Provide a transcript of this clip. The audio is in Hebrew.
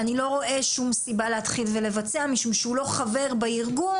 אני לא רואה שום סיבה להתחיל ולבצע חקירה משום שהוא לא חבר בארגון.